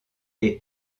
les